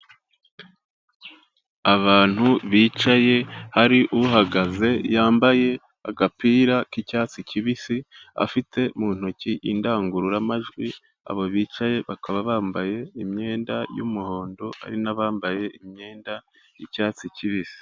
Abantu bicaye hari uhagaze yambaye agapira k'icyatsi kibisi afite mu ntoki indangururamajwi abo bicaye bakaba bambaye imyenda y'umuhondo hari n'abambaye imyenda y'icyatsi kibisi.